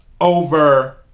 over